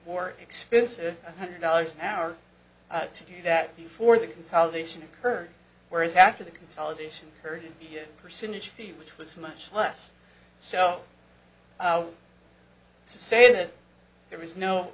more expensive hundred dollars an hour to do that before the consolidation occurred whereas after the consolidation occurred here percentage fee which was much less so to say that there was no